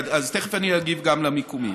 תכף אני אגיע גם למיקומים.